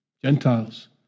Gentiles